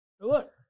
look